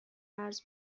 قرض